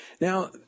Now